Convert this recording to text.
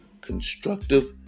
constructive